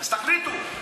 אז תחליטו.